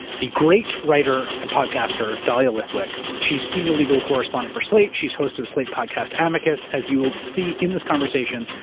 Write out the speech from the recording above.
the great writer and podcaster, dahlia lithwick. she's senior legal correspondent for slate. she's hosted a slate podcast, amicus. as you will see in this conversation,